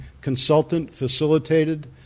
consultant-facilitated